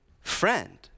friend